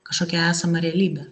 kažkokią esamą realybę